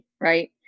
right